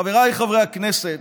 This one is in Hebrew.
חבריי חברי הכנסת,